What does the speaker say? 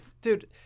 dude